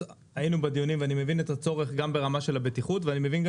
היינו בדיונים ואני מבין את הצורך גם ברמה של הבטיחות ואני מבין גם